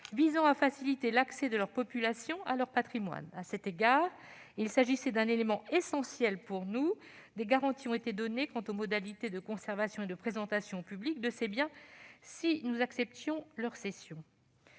visant à faciliter l'accès de leurs populations à leur patrimoine. À cet égard- cet élément était pour nous essentiel -, des garanties ont été données quant aux modalités de conservation et de présentation au public de ces biens au cas où nous acceptions leur cession.